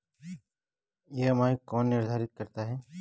EMI कौन निर्धारित करता है?